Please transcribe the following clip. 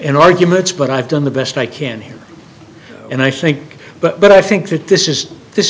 in arguments but i've done the best i can here and i think but i think that this is this